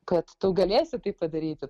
kad tu galėsi tai padaryti